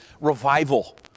Revival